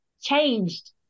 changed